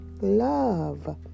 love